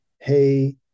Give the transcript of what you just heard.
hey